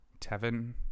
Tevin